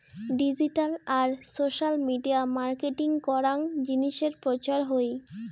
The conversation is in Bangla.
ডিজিটাল আর সোশ্যাল মিডিয়া মার্কেটিং করাং জিনিসের প্রচার হই